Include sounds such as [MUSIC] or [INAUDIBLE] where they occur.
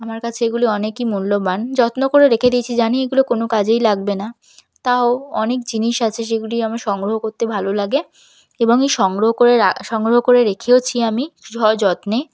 আমার কাছে এগুলি অনেকই মূল্যবান যত্ন করে রেখে দিয়েছি জানি এগুলো কোনো কাজেই লাগবে না তাও অনেক জিনিস আছে সেগুলি আমার সংগ্রহ করতে ভালো লাগে এবং এই সংগ্রহ করে রা [UNINTELLIGIBLE] সংগ্রহ করে রেখেওছি আমি সযত্নে